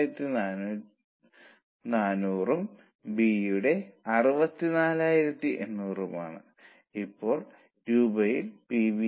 875 ന് തുല്യമാണ് അതിനാൽ നിങ്ങൾ ഇത് ഹരിച്ചാൽ നിങ്ങൾക്ക് x 1